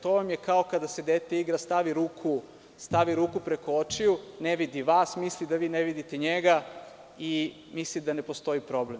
To vam je kao kada se dete igra, stavi ruku preko očiju, ne vidi vas, misli da vi ne vidite njega i misli da ne postoji problem.